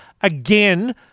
again